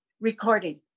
recording